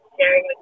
sharing